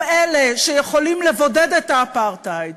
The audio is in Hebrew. הם אלה שיכולים לבודד את האפרטהייד,